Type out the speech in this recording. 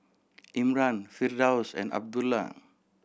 Imran Firdaus and Abdullah